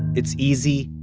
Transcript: it's easy,